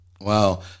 Wow